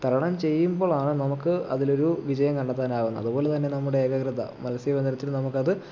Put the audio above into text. തരണം ചെയ്യുമ്പോളാണ് നമുക്ക് അതിലൊരു വിജയം കണ്ടെത്താനാകുന്നത് അതുപോലെതന്നെ നമ്മുടെ ഏകാകൃത മത്സ്യബന്ധനത്തിന് നമുക്കത്